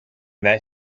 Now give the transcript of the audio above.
that